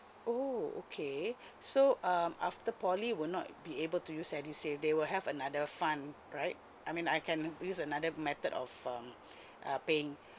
oh okay so um after poly will not be able to use edusave they will have another fund right I mean I can use another method of um uh paying